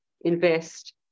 invest